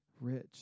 rich